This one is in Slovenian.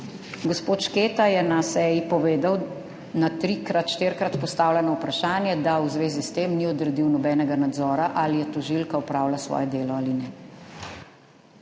Gospod Šketa je na seji povedal na trikrat, štirikrat postavljeno vprašanje, da v zvezi s tem ni odredil nobenega nadzora, ali je tožilka opravila svoje delo ali ne.